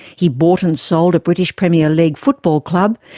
he bought and sold a british premier league football club,